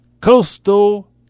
Coastal